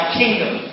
kingdom